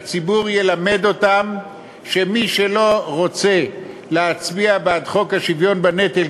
הציבור ילמד אותם שמי שלא רוצה להצביע בעד חוק השוויון בנטל,